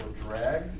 drag